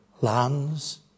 lands